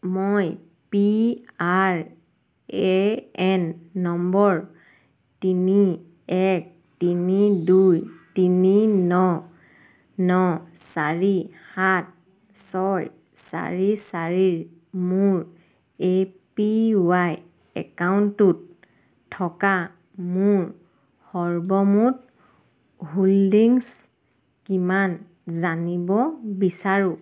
মই PRAN number তিনি এক তিনি দুই তিনি ন ন চাৰি সাত ছয় চাৰি চাৰিৰ মোৰ এপিৱাই একাউণ্টটোত থকা মোৰ সৰ্বমুঠ হোল্ডিংছ কিমান জানিব বিচাৰোঁ